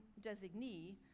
designee